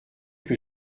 que